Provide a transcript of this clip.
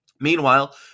Meanwhile